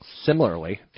similarly